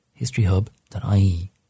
historyhub.ie